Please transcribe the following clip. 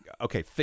okay